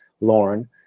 Lauren